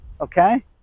Okay